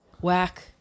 Whack